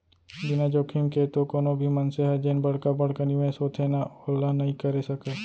बिना जोखिम के तो कोनो भी मनसे ह जेन बड़का बड़का निवेस होथे ना ओला नइ करे सकय